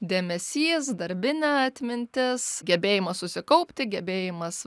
dėmesys darbinė atmintis gebėjimas susikaupti gebėjimas